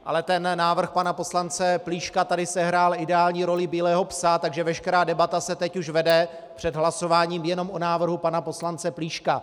Ale návrh pana poslance Plíška tady sehrál ideální roli bílého psa, takže veškerá debata se teď už vede před hlasováním jenom o návrhu pana poslance Plíška.